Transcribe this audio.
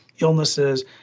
illnesses